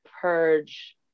purge